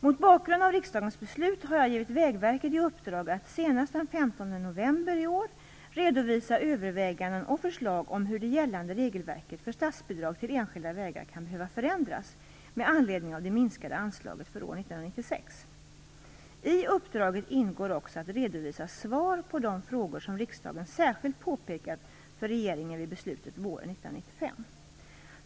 Mot bakgrund av riksdagens beslut har jag givit Vägverket i uppdrag att senast den 15 november 1995 redovisa överväganden och förslag om hur det gällande regelverket för statsbidrag till enskilda vägar kan behöva förändras med anledning av det minskade anslaget för år 1996. I uppdraget ingår också att redovisa svar på de frågor som riksdagen särskilt påpekat för regeringen vid beslutet våren 1995.